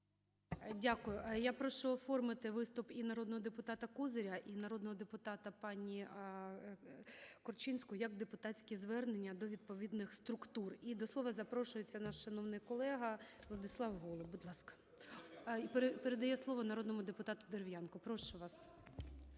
Дякую. Я прошу оформити виступ народного депутата Козиря і народного депутата пані Корчинської як депутатське звернення до відповідних структур. І до слова запрошується наш шановний колега Владислав Голуб, будь ласка. Передає слово народному депутату Дерев'янко. Прошу вас.